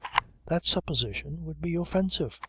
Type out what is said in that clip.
that supposition would be offensive.